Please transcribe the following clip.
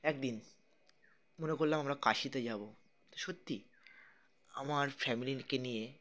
একদিন মনে করলাম আমরা কাশিতে যাবো সত্যি আমার ফ্যামিলিকে নিয়ে